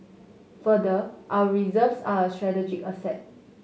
further our reserves are a strategic asset